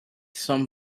some